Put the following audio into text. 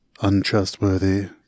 untrustworthy